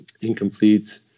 incomplete